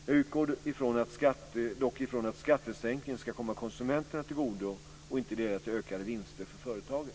Jag utgår dock ifrån att skattesänkningen ska komma konsumenterna tillgodo och inte leda till ökade vinster för företagen.